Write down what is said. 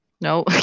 no